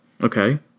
Okay